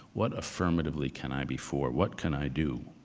what affirmatively can i be for? what can i do?